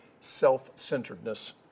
self-centeredness